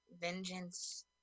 Vengeance